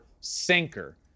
sinker